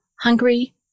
hungry